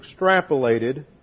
extrapolated